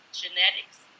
genetics